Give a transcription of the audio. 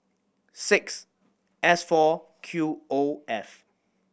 six S four Q O F